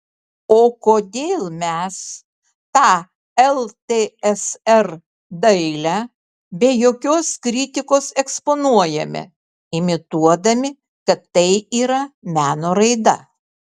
o kodėl mes tą ltsr dailę be jokios kritikos eksponuojame imituodami kad tai yra meno raida